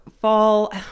fall